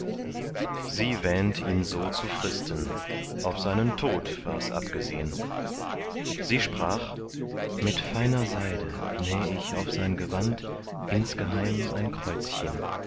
sie wähnt ihn so zu fristen auf seinen tod wars abgesehn sie sprach mit feiner seide näh ich auf sein gewand insgeheim ein kreuzchen